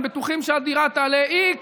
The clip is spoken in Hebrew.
הם בטוחים שהדירה תעלה x,